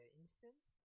instance